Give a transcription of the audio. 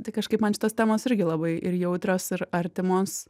tai kažkaip man šitos temos irgi labai ir jautrios ir artimos